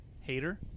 Hater